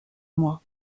moi